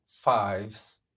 fives